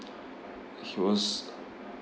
he was